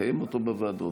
לקיים אותו בוועדות,